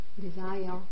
desire